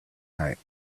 night